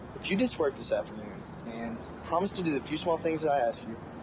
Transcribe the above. if you ditch work this afternoon and promise to do the few small things i ask you.